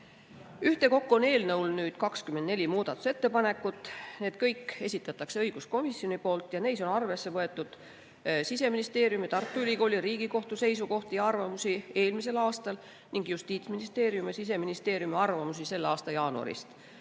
Ühtekokku on eelnõu kohta nüüd 24 muudatusettepanekut. Need kõik esitatakse õiguskomisjoni poolt ja neis on arvesse võetud Siseministeeriumi, Tartu Ülikooli ja Riigikohtu seisukohti ja arvamusi eelmisest aastast ning Justiitsministeeriumi ja Siseministeeriumi arvamusi selle aasta jaanuarist.